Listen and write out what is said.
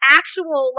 actual